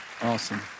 Awesome